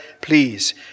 please